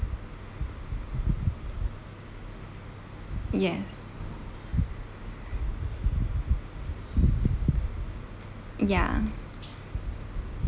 yes ya